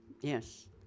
yes